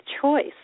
choice